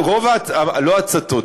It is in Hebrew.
לא ההצתות,